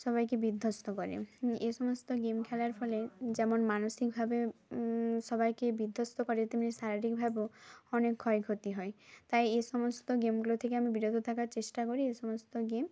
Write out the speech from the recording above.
সবাইকে বিধ্বস্ত করে এ সমস্ত গেম খেলার ফলে যেমন মানসিকভাবে সবাইকে বিধ্বস্ত করে তেমনি শারীরিকভাবেও অনেক ক্ষয় ক্ষতি হয় তাই এই সমস্ত গেমগুলো থেকে আমি বিরত থাকার চেষ্টা করি এই সমস্ত গেম